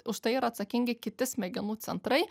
už tai yra atsakingi kiti smegenų centrai